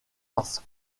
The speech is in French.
parce